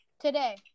Today